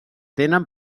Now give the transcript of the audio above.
tenen